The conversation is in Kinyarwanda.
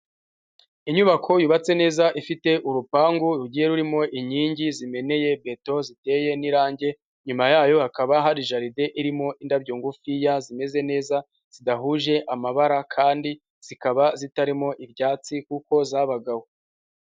Inyubako yubatse neza ifite urupangu rugiye rurimo inkingi zimeneye beto ziteye n'irange, inyuma yayo hakaba hari jaride irimo indabyo ngufiya zimeze neza zidahuje amabara kandi zikaba zitarimo ibyatsi kuko zabagawe.